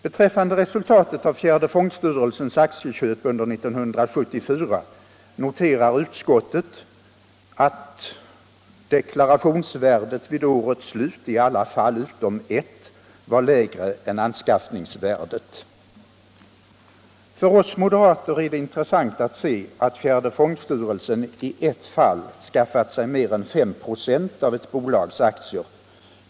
Beträffande resultatet av fjärde fondstyrelsens aktieköp under 1974 noterar utskottet att deklarationsvärdet vid årets slut i alla fall utom ett var lägre än anskaffningsvärdet. För oss moderater är det intressant att se att fjärde fondstyrelsen i ett fall skaffat sig mer än 5 946 av ett bolags aktier.